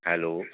hello